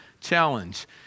challenge